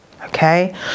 okay